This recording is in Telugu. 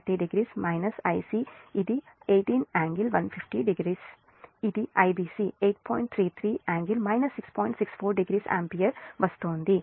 640 ఆంపియర్ వస్తోంది